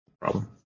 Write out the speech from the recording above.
problem